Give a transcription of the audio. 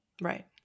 right